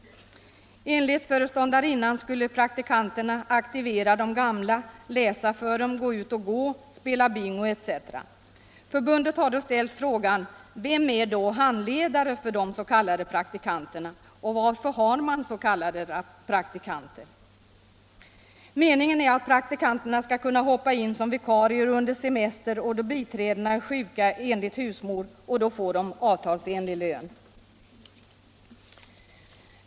Enligt föreståndarinnan skulle praktikanterna aktivera de gamla, läsa för dem, gå ut och gå med dem, spela bingo etc. Förbundet har då frågat: Vem är handledare för de s.k. praktikanterna? Varför har man s.k. praktikanter? Meningen är enligt husmor att praktikanterna skall kunna hoppa in som vikarier under semester och då biträdena är sjuka, och då får de avtalsenlig lön.